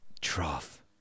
Trough